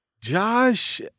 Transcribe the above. Josh